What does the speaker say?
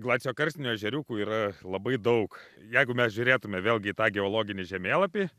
glaciokarstinių ežeriukų yra labai daug jeigu mes žiūrėtume vėlgi į tą geologinį žemėlapį